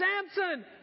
Samson